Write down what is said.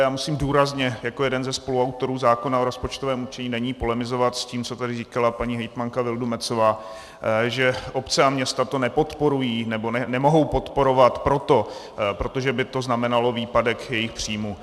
Já musím důrazně jako jeden ze spoluautorů zákona o rozpočtovém určení daní polemizovat s tím, co tady říkala paní hejtmanka Vildumetzová, že obce a města to nepodporují, nebo nemohou podporovat proto, že by to znamenalo výpadek jejich příjmů.